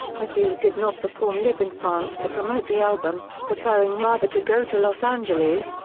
mathieu did not perform live in france to promote the album, preferring rather to go to los angeles,